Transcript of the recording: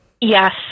Yes